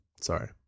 Sorry